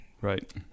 right